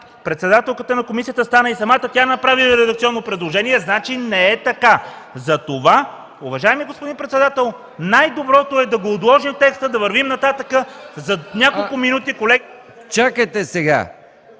председателката на комисията стана и самата тя направи редакционно предложение, значи не е така. Уважаеми господин председател, най-доброто е да отложим текста, да вървим нататък. За няколко минути колегите...